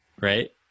Right